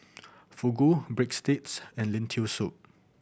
Fugu Breadsticks and Lentil Soup